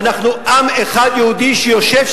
ואנחנו עם אחד יהודי שיושב,